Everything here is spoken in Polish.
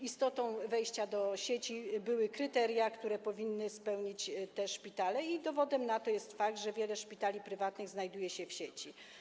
Istotą wejścia do sieci były kryteria, które powinny spełnić te szpitale, i dowodem na to jest fakt, że wiele szpitali prywatnych znajduje się w sieci.